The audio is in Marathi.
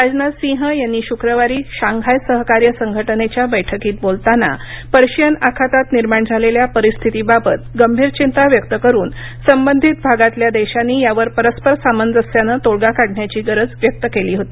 राजनाथसिंह यांनी शुक्रवारी शांघाय सहकार्य संघटनेच्या बैठकीत बोलताना पर्शियन आखातात निर्माण झालेल्या परिस्थितीबाबत गंभीर चिंता व्यक्त करून संबंधित भागातल्या देशांनी यावर परस्पर सामंजस्यानं तोडगा कढण्याची गरज व्यक्त केली होती